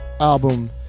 album